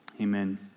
Amen